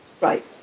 Right